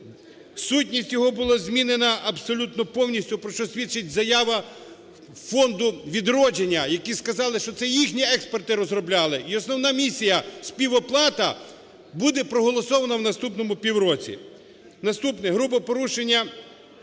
Сутність його була змінена абсолютно повністю, про що свідчить заява Фонду "Відродження", які сказали, що це їхні експерти розробляли і основна місія "співоплата" буде проголосована в наступному пів році. Наступне. Грубе порушення